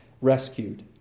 rescued